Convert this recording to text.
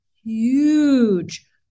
huge